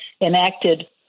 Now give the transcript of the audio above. enacted